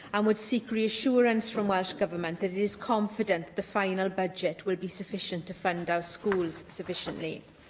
and would seek reassurance from welsh government that it is confident that the final budget will be sufficient to fund our schools sufficiently.